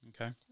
Okay